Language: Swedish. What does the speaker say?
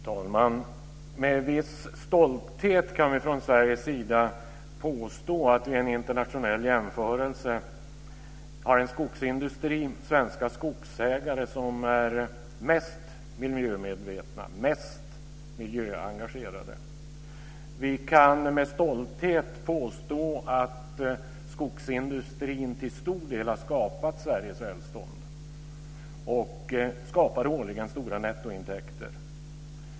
Fru talman! Med viss stolthet kan vi från Sveriges sida påstå att vi vid en internationell jämförelse har den skogsindustri - det gäller också skogsägarna - som är mest miljömedveten och mest miljöengagerad. Vi kan med stolthet påstå att skogsindustrin till stor del har skapat Sveriges välstånd och att den årligen skapar stora nettointäkter.